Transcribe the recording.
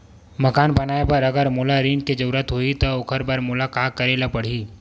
मकान बनाये बर अगर मोला ऋण के जरूरत होही त ओखर बर मोला का करे ल पड़हि?